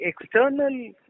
external